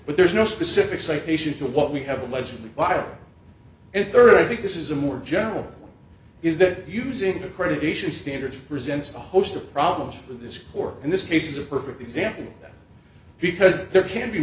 but there's no specific citation to what we have allegedly while in third i think this is a more general is that using accreditation standards presents a host of problems with this or in this case is a perfect example because there can be